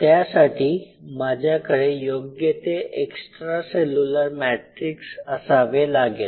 त्यासाठी माझ्याकडे योग्य ते एक्स्ट्रा सेल्युलर मॅट्रिक्स असावे लागेल